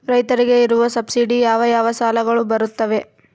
ರೈತರಿಗೆ ಇರುವ ಸಬ್ಸಿಡಿ ಯಾವ ಯಾವ ಸಾಲಗಳು ಬರುತ್ತವೆ?